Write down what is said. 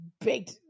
baked